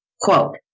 quote